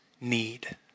need